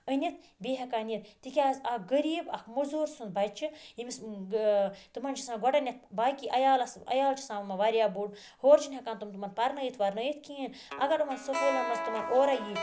أنِتھ بیٚیہِ ہیٚکَن یہِ تہِ کیازِ اَکھ غریب اَکھ مٔزور سُند بَچہِ ییٚمِس تُمَن چھُ آسان گۄڈٕنیٚتھ باقٕے عیالَس عیال چھُ آسان یِمَن واریاہ بوٚڑ ہورٕ چھُنہٕ ہیٚکان تِم تِمَن پرنٲیِتھ وَرنٲیِتھ کیٚنٛہہ اگر یِمَن سکولَن مَنٛز تِمَن اورے ییہِ